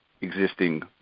existing